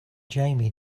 jamie